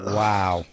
wow